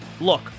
Look